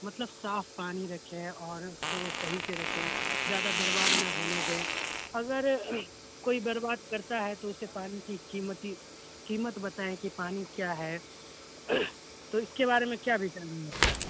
مطلب صاف پانی رکھیں اور اس کو صحیح سے رکھیں زیادہ برباد نہ ہونے دیں اگر کوئی برباد کرتا ہے تو اسے پانی کی قیمتی قیمت بتائیں کہ پانی کیا ہے تو اس کے بارے میں کیا ہے آپ کا